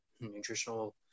nutritional